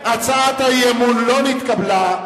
הצעת האי-אמון לא נתקבלה,